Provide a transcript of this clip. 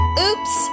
oops